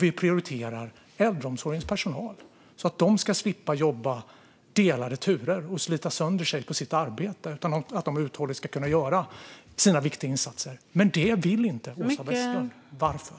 Vi prioriterar dessutom äldreomsorgens personal så att de slipper jobba med delade turer och slita sönder sig på sitt arbete. De ska kunna hålla ut och göra sina viktiga insatser. Detta vill dock inte Åsa Westlund. Varför?